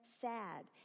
sad